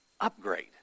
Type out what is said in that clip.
upgrade